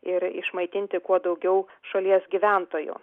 ir išmaitinti kuo daugiau šalies gyventojų